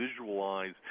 visualize